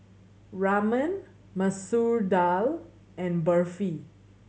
Ramen Masoor Dal and Barfi